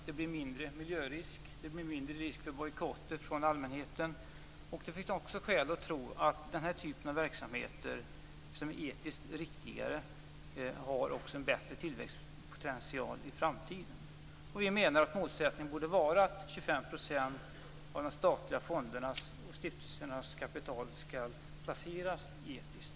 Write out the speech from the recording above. Det blir färre miljörisker, mindre risk för bojkotter från allmänheten. Det finns också skäl att tro att den typen av verksamheter som är etiskt riktiga också har en bättre tillväxtpotential i framtiden. Vi menar att målet bör vara att 25 % av de statliga fondernas och stiftelsernas kapital skall placeras etiskt.